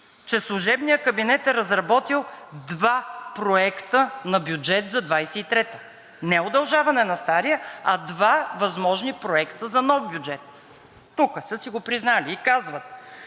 че служебният кабинет е разработил два проекта на бюджет за 2023 г. – не удължаване на стария, а два възможни проекта за нов бюджет. Тук са си го признали и казват,